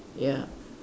ya